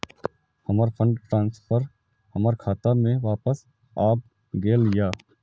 हमर fund transfer हमर खाता में वापस आब गेल या